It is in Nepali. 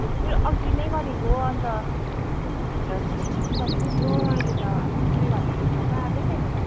हजुर अघि नै गरेको अन्त भित्र ल्याइदिन्छु भनेको थियो अहिले त अन्त दुई घन्टा भइसक्यो आएकै छैन त